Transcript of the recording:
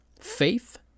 Faith